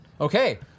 Okay